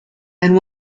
and